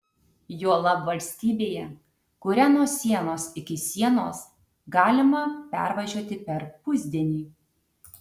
juolab valstybėje kurią nuo sienos iki sienos galima pervažiuoti per pusdienį